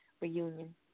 reunion